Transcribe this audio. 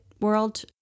world